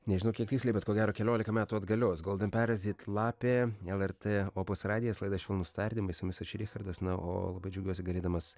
nežinau kiek tiksliai bet ko gero keliolika metų atgalios golden parazyt lapė lrt opus radijas laida švelnūs tardymai su jumis aš richardas na o labai džiaugiuosi galėdamas